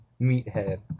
Meathead